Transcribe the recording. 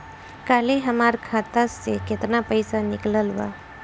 काल्हे हमार खाता से केतना पैसा निकलल बा?